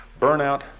burnout